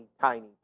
tiny